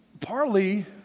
partly